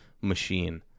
machine